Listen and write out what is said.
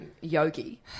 yogi